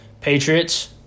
Patriots